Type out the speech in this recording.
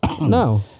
No